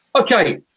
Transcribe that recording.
Okay